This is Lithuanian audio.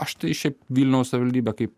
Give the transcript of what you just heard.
aš tai šiaip vilniaus savivaldybę kaip